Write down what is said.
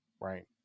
right